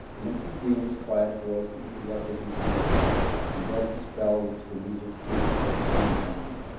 mrs. dean's quiet voice interrupted his musings and broke the spell which the music seemed to have thrown around them.